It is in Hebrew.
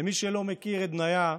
למי שלא מכיר את בניה,